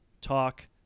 talk